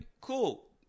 cool